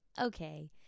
Okay